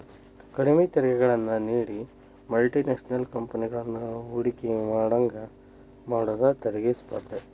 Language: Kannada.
ಕಡ್ಮಿ ತೆರಿಗೆಗಳನ್ನ ನೇಡಿ ಮಲ್ಟಿ ನ್ಯಾಷನಲ್ ಕಂಪೆನಿಗಳನ್ನ ಹೂಡಕಿ ಮಾಡೋಂಗ ಮಾಡುದ ತೆರಿಗಿ ಸ್ಪರ್ಧೆ